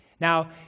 Now